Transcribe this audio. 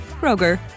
Kroger